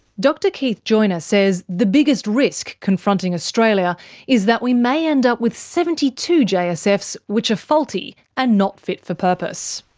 dr keith joiner says the biggest risk confronting australia is that we may end up with seventy two jsfs which are ah faulty and not fit for purpose.